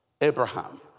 Abraham